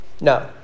No